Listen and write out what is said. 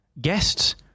Guests